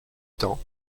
temps